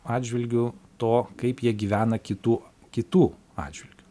atžvilgiu to kaip jie gyvena kitų kitų atžvilgiu